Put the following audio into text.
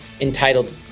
entitled